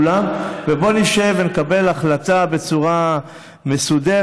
כולם: בואו נשב ונקבל החלטה בצורה מסודרת,